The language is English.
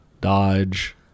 Dodge